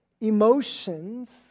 emotions